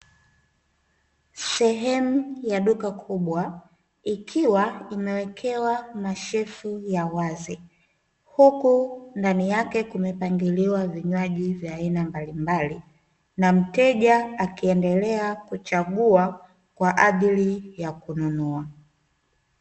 Sehemu ya duka kubwa, ikiwa imewekewa mashefu ya wazi, huku ndani yake kumepangiliwa vinywaji vya aina mbalimbali na mteja akiendelea kuchagua kwa ajili ya kununua.